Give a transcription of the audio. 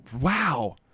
wow